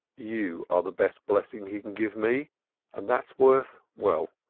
you are the best blessing he can give me and that's worth well,